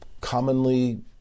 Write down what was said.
commonly